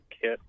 kit